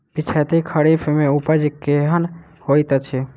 पिछैती खरीफ मे उपज केहन होइत अछि?